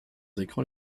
écrans